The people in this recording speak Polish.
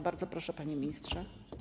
Bardzo proszę, panie ministrze.